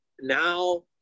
now